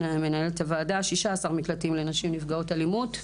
מנהלת הוועדה 16 מקלטים לנשים נפגעות אלימות.